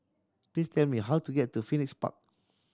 please tell me how to get to Phoenix Park